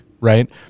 right